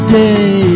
day